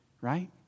right